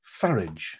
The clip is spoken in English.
Farage